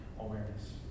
awareness